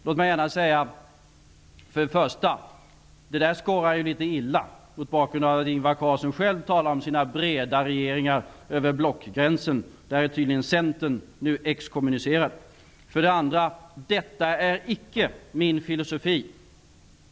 Låt mig för det första säga att detta skorrar litet illa mot bakgrund av att Ingvar Carlsson själv talar om sina breda regeringar över blockgränsen, där tydligen Centerpartiet nu är exkommunicerat. För det andra är detta icke min filosofi.